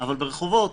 אבל ברחובות,